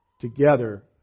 together